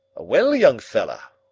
well, young fellah,